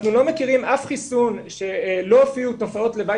אנחנו לא מכירים אף חיסון שלא הופיעו תופעות לוואי